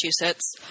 Massachusetts